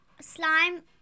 slime